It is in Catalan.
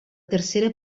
tercera